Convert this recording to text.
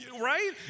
Right